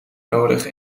nodig